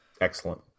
Excellent